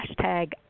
hashtag